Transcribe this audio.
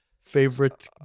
favorite